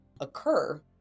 occur